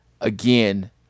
Again